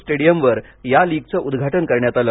स्टेडियमवर या लीगचे उद्घाटन करण्यात आल